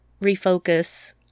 refocus